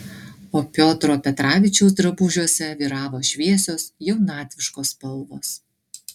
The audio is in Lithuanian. o piotro petravičiaus drabužiuose vyravo šviesios jaunatviškos spalvos